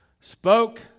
spoke